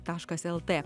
taškas lt